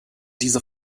diese